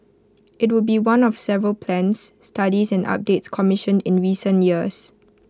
IT would be one of several plans studies and updates commissioned in recent years